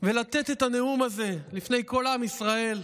ולתת את הנאום הזה בפני כל עם ישראל,